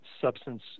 substance